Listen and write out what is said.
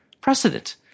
precedent